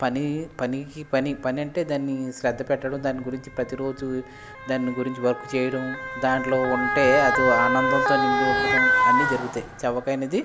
పని పనికి పని పని అంటే దాన్ని శ్రద్ద పెట్టడం దాని గురించి ప్రతీ రోజు దాని గురించి వర్క్ చేయడం దాంట్లో ఉంటే అదో ఆనందంతో నిండి ఉండటం అన్నీ జరుగుతాయి చవకైనది